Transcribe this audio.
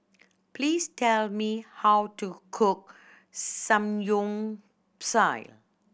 please tell me how to cook Samgyeopsal